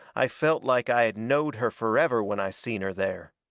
i felt like i had knowed her forever when i seen her there.